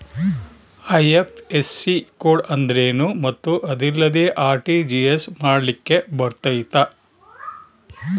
IFSC code ಅಂದ್ರೇನು ಮತ್ತು ಅದಿಲ್ಲದೆ ಆರ್.ಟಿ.ಜಿ.ಎಸ್ ಮಾಡ್ಲಿಕ್ಕೆ ಬರ್ತೈತಾ?